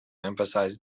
emphasize